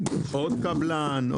עוד קבלן?